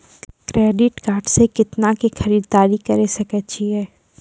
Credit card से कितना के खरीददारी करे सकय छियै?